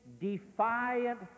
defiant